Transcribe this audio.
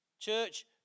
Church